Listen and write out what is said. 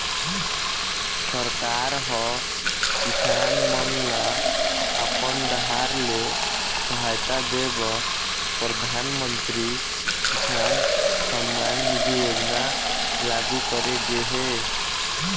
सरकार ह किसान मन ल अपन डाहर ले सहायता दे बर परधानमंतरी किसान सम्मान निधि योजना लागू करे गे हे